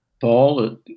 Paul